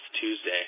Tuesday